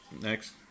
Next